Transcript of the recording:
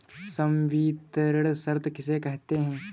संवितरण शर्त किसे कहते हैं?